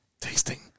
tasting